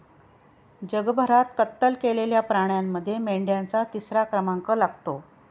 जगभरात कत्तल केलेल्या प्राण्यांमध्ये मेंढ्यांचा तिसरा क्रमांक लागतो